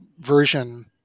version